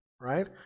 Right